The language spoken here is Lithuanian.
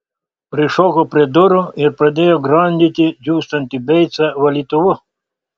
prišoko prie durų ir pradėjo grandyti džiūstantį beicą valytuvu